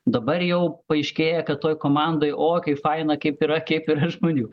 dabar jau paaiškėja kad toj komandoj o kaip faina kaip yra kaip yra žmonių